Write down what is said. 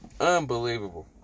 Unbelievable